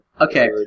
Okay